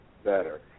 better